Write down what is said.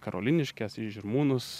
karoliniškes į žirmūnus